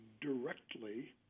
directly